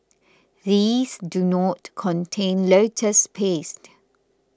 these do not contain lotus paste